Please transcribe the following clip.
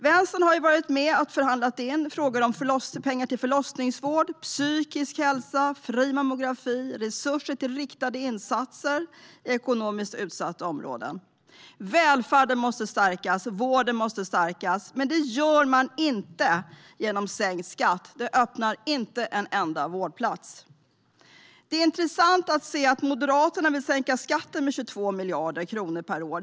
Vänstern har varit med och förhandlat om pengar till förlossningsvård, psykisk hälsa, fri mammografi och om resurser till riktade insatser i ekonomiskt utsatta områden. Välfärden och vården måste stärkas. Det gör man inte genom sänkt skatt. Det öppnar inte en enda vårdplats. Den är intressant att Moderaterna vill sänka skatten med 22 miljarder kronor per år.